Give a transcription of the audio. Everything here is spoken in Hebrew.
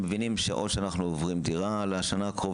מבינה שהיא צריכה לעבור דירה לשנה,